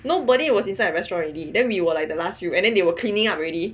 nobody was inside the restaurant already then we were like the last few and then they were cleaning up already